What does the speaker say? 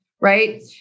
right